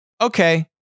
okay